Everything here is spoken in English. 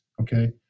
okay